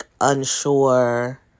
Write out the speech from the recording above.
unsure